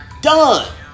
done